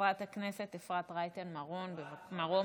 חברת הכנסת אפרת רייטן מרום, בבקשה.